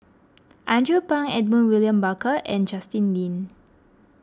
Andrew Phang Edmund William Barker and Justin Lean